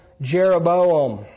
Jeroboam